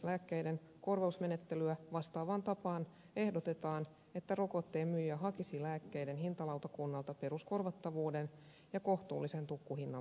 lääkkeiden korvausmenettelyä vastaavaan tapaan ehdotetaan että rokotteen myyjä hakisi lääkkeen hintalautakunnalta peruskorvattavuuden ja kohtuullisen tukkuhinnan vahvistamista